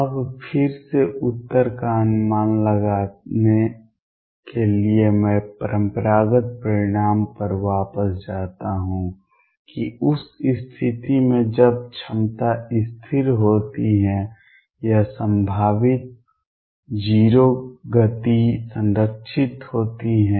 अब फिर से उत्तर का अनुमान लगाने के लिए मैं परम्परागत परिणाम पर वापस जाता हूं कि उस स्थिति में जब क्षमता स्थिर होती है या संभावित 0 गति संरक्षित होती है